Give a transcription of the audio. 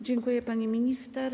Dziękuję, pani minister.